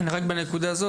רק בנקודה הזאת,